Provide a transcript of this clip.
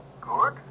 Good